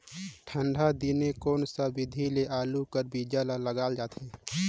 ठंडा दिने कोन सा विधि ले आलू कर बीजा ल लगाल जाथे?